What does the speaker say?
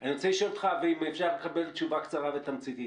אני רוצה לשאול אותך ואם אפשר לקבל תשובה קצרה ותמציתית.